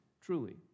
truly